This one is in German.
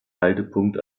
haltepunkt